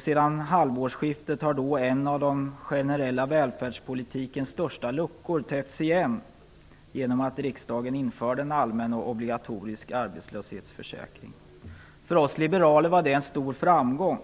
Sedan halvårsskiftet har en av den generella välfärdspolitikens största luckor täppts igen genom att riksdagen införde en allmän, obligatorisk arbetslöshetsförsäkring. För oss liberaler var det en stor framgång.